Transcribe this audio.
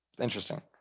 Interesting